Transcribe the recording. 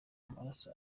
amaraso